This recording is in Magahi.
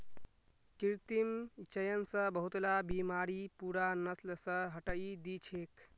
कृत्रिम चयन स बहुतला बीमारि पूरा नस्ल स हटई दी छेक